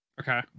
Okay